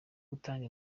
gutanga